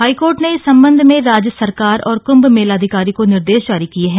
high court ने इस संबंध में राज्य सरकार और कृंभ मेलाधिकारी को निर्देश जारी किये हैं